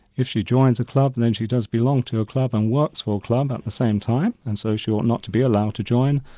if she joins a club, then she does belong to a club and works for a club at the same time, and so she ought not to be allowed to join,